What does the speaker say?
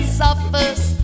suffers